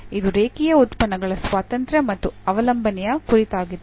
ಇದು ರೇಖೀಯ ಉತ್ಪನ್ನಗಳ ಸ್ವಾತಂತ್ರ್ಯ ಮತ್ತು ಅವಲಂಬನೆಯ ಕುರಿತಾಗಿತ್ತು